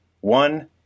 one